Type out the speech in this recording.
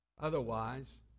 Otherwise